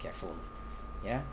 careful ya